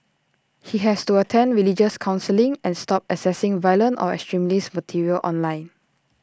he has to attend religious counselling and stop accessing violent or extremist material online